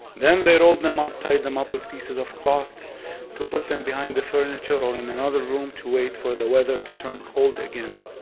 then they rolled them up, tied them up with pieces of cloth to put them behind the furniture or in another room to wait for the weather to turn cold again.